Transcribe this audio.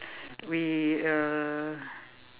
we uh